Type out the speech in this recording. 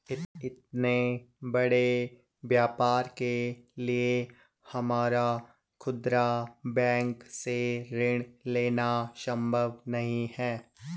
इतने बड़े व्यापार के लिए हमारा खुदरा बैंक से ऋण लेना सम्भव नहीं है